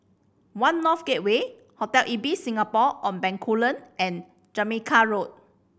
One North Gateway Hotel Ibis Singapore On Bencoolen and Jamaica Road